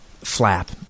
flap